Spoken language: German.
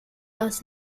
aus